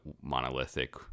monolithic